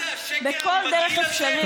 בכל דרך אפשרית.